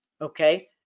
okay